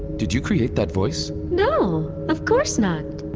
did you create that voice? no. of course not